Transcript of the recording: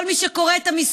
כל מי שקורא את המסרונים,